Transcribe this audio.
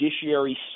judiciary